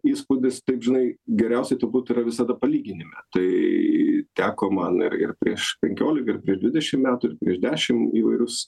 įspūdis taip žinai geriausiai turbūt yra visada palyginime tai teko man ir ir prieš penkiolika ir prieš dvidešim metų ir prieš dešim įvairius